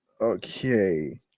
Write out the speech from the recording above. okay